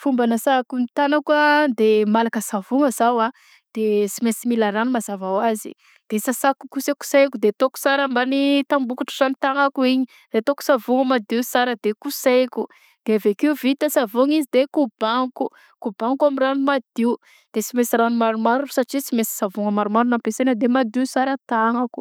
Fomba anasako ny tagnako a d e malaka savogna zaho a de sy mainsy mila rano mazava ho azy de sasako kosekoseko de ataoko sara mbany tambokotra ny tagnako igny de ataoko savogny madio tsara de koseko de avekeo vita savaogny izy de kobaniko, kobaniko amy rano madio de tsy maintsy rano maromaro satria sy mainsy savony maromaro nampesaina de madio tsara ny tagnako.